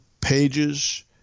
pages